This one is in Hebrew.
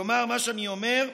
כלומר, מה שאני אומר,